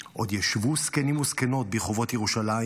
"עֹד ישבו זקנים וזקנות ברחבות ירושלם,